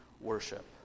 worship